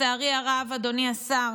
לצערי הרב, אדוני השר,